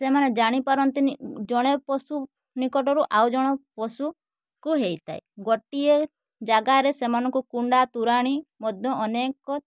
ସେମାନେ ଜାଣି ପାରନ୍ତିନି ଜଣେ ପଶୁ ନିକଟରୁ ଆଉ ଜଣ ପଶୁକୁ ହେଇଥାଏ ଗୋଟିଏ ଜାଗାରେ ସେମାନଙ୍କୁ କୁଣ୍ଡା ତୋରାଣି ମଧ୍ୟ ଅନେକ